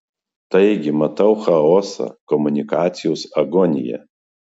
taigi matau chaosą komunikacijos agoniją